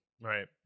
Right